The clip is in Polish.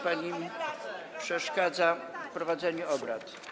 Pani przeszkadza w prowadzeniu obrad.